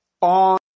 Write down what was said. on